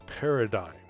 Paradigm